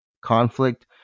conflict